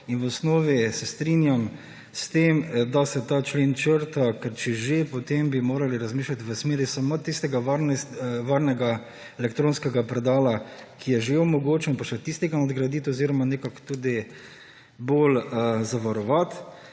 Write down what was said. V osnovi se strinjam s tem, da se ta člen črta, ker če že, potem bi morali razmišljati samo v smeri varnega elektronskega predala, ki je že omogočen, pa še tega nadgraditi oziroma nekako bolje zavarovati,